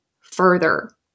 further